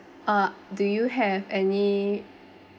uh do you have any